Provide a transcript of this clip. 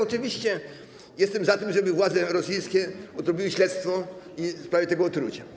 Oczywiście ja jestem za tym, żeby władze rosyjskie odrobiły śledztwo w sprawie tego otrucia.